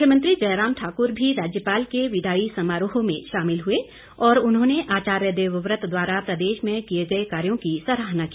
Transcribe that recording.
मुख्यमंत्री जयराम ठाकुर भी राज्यपाल के विदाई समारोह में शामिल हुए और उन्होंने आचार्य देवव्रत द्वारा प्रदेश में किए गए कार्यों की सराहना की